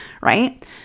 right